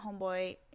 homeboy